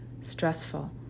stressful